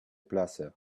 plaza